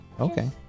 Okay